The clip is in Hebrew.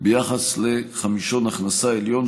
בהשוואה לחמישון ההכנסה העליון,